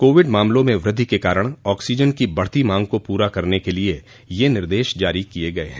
Covid मामलों में वृद्धि के कारण ऑक्सीजन की बढ़ती मांग को पूरा करने के लिए ये निर्देश जारी किए गए हैं